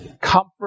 comfort